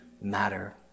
matter